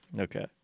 Okay